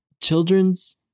children's